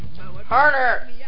Harder